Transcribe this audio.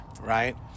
right